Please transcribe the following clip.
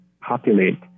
populate